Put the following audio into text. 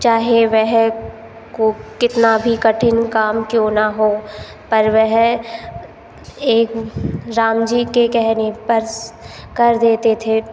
चाहे वह को कितना भी कठिन काम क्यों ना हो पर वह एक राम जी के कहने पर स कर देते थे